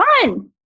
fun